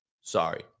Sorry